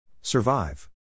Survive